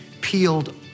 peeled